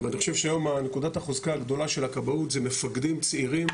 ואני חושב שהיום נקודת החוזקה הגדולה של הכבאות זה מפקדים צעירים,